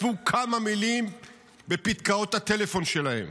שכתבו כמה מילים בפתקאות הטלפון שלהם.